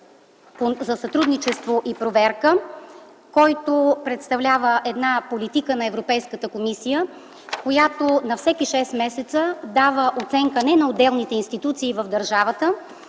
за сътрудничество и проверка, който представлява една политика на Европейската комисия, която на всеки 6 месеца дава оценка не на отделните институции в държавата,